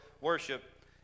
worship